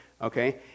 Okay